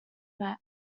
met